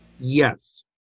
Yes